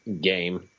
game